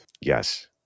Yes